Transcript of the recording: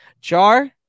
Jar